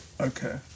Okay